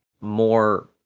more